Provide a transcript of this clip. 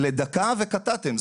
לא, לדקה, וקטעתם.